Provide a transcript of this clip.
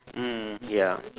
mm ya